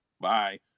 Bye